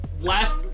Last